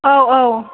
औ औ